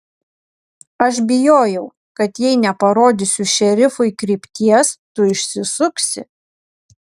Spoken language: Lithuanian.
aš bijojau kad jei neparodysiu šerifui krypties tu išsisuksi